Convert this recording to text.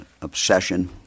obsession